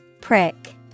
Prick